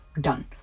Done